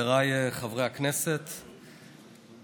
פגשתי אותו בבסיס טירונות,